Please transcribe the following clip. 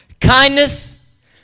kindness